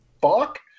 fuck